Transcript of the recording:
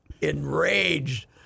enraged